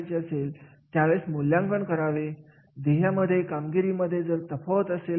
आणि प्रत्येक दोन पातळीमध्ये पंधरा टक्के फरक ठेवला